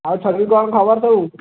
ଆଉ ସବୁ କ'ଣ ଖବର ସବୁ